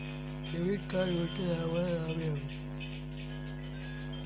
Debit card ఉంటే దాని వలన లాభం ఏమిటీ?